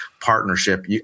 partnership